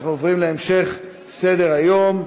אנחנו עוברים להמשך סדר-היום: